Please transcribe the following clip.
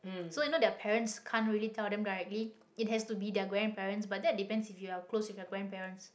so you know their parents can't really tell them directly it has to be their grandparents but that depends if you are close with your grandparents